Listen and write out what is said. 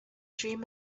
dream